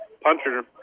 puncher